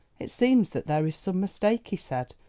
it seems that there is some mistake, he said,